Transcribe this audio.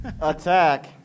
Attack